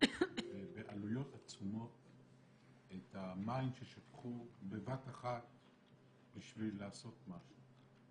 בעלויות עצומות את המים ששפכו בבת אחת בשביל לעשות משהו.